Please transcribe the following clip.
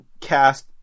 cast